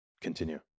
continue